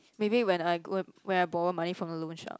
maybe when I go when I borrow money from a loan shark